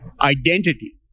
identity